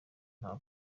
nta